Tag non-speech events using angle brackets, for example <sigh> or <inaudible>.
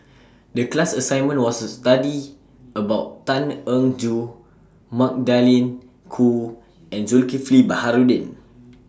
<noise> The class assignment was to study about Tan Eng Joo Magdalene Khoo and Zulkifli Baharudin